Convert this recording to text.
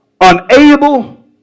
unable